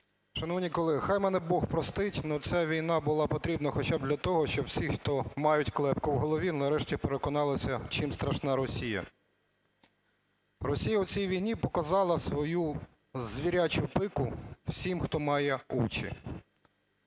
Шановні колеги, хай мене бог простить, ну ця війна була потрібна хоча б для того, щоб всі, хто мають клепку в голові, нарешті переконалися чим страшна Росія. Росія у цій війні показала свою звірячу пику всім, хто має очі.